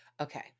Okay